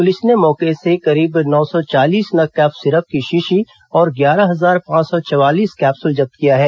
police ने मौके से करीब नौ सौ चालीस नग कफ सिरप की शीशी और ग्यारह हजार पांच सौ चवालीस कैप्सुल जब्त किया है